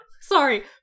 Sorry